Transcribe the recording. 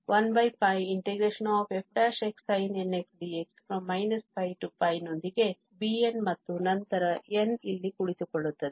ಆದ್ದರಿಂದ 1 fxsinnxdx ನೊಂದಿಗೆ bn ಮತ್ತು ನಂತರ n ಇಲ್ಲಿ ಕುಳಿತುಕೊಳ್ಳುತ್ತದೆ